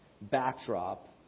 backdrop